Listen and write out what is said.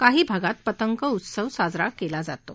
काही भागात पतंग उत्सव साजरा केला जातो